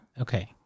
Okay